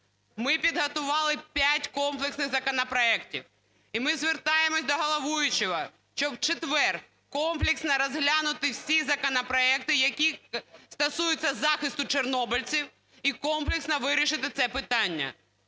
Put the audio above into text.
Ми підготували п'ять комплексних законопроектів. І ми звертаємося до головуючого, щоб у четвер комплексно розглянути всі законопроекти, які стосуються захисту чорнобильців, і комплексно вирішити це питання.